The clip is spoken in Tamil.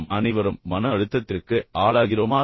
நாம் அனைவரும் மன அழுத்தத்திற்கு ஆளாகிறோமா